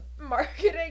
marketing